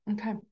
Okay